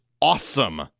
awesome